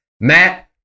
Matt